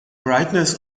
brightness